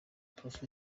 prof